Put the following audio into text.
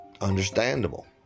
understandable